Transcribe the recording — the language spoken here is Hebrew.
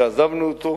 שעזבנו אותו,